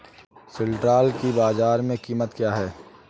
सिल्ड्राल की बाजार में कीमत क्या है?